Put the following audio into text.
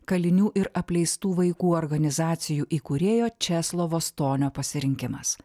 kalinių ir apleistų vaikų organizacijų įkūrėjo česlovo stonio pasirinkimas